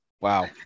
Wow